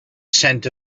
scent